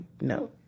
no